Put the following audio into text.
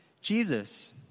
Jesus